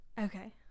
Okay